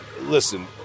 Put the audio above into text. listen